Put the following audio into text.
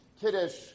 Kiddush